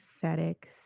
pathetic